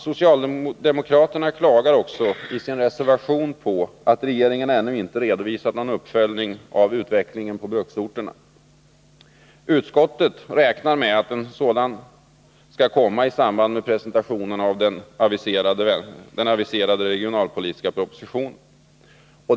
Socialdemokraterna klagar också i sin reservation på att regeringen ännu inte redovisat någon uppföljning av utvecklingen på bruksorterna. Utskottet räknar med att en sådan skall komma i samband med presentationen av den aviserade regionalpolitiska propositionen.